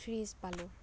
fridge পালোঁ